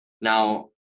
now